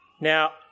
Now